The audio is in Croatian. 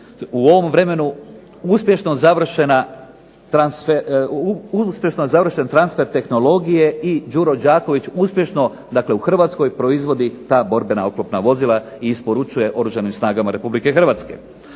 u ovom vremenu uspješno završena transfer tehnologije i "Đuro Đaković" uspješno u Hrvatskoj proizvodi ta borbena oklopna vozila i isporučuje Oružanim snagama Republike Hrvatske.